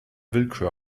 willkür